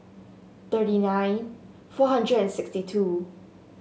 thirty nine four hundred and sixty two